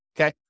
Okay